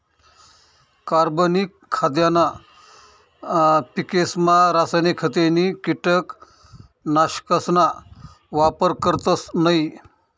कार्बनिक खाद्यना पिकेसमा रासायनिक खते नी कीटकनाशकसना वापर करतस नयी